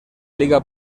liga